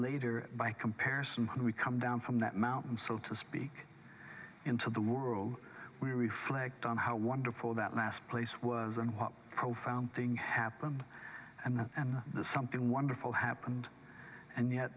later by comparison when we come down from that mountain so to speak into the world we reflect on how wonderful that last place was and what a profound thing happened and the something wonderful happened and yet